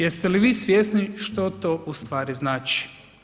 Jeste li svjesni što to ustvari znači?